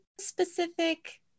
specific